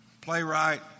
playwright